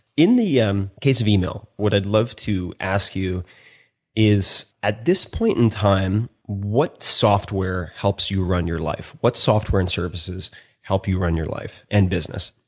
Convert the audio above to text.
in the yeah um case of email, what i would love to ask you is at this point in time, what software helps you run your life? what software and services help you run your life and business?